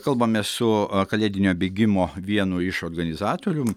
kalbame su kalėdinio bėgimo vienu iš organizatorium